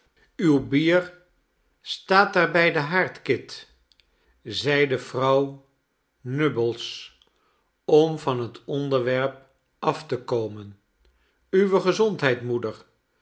uw bier staat daar bij den haard kit zeide vrouw nubbles om van het onderwerp af te komen uwe gezondheid moeder